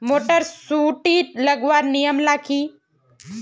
Motor सुटी लगवार नियम ला की?